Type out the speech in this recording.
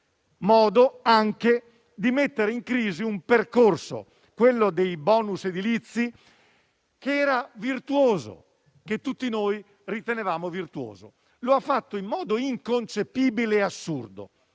modo di mettere in crisi un percorso, quello dei *bonus* edilizi, che era virtuoso, che tutti noi ritenevamo virtuoso. Lo ha fatto in modo inconcepibile e assurdo.